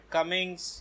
Cummings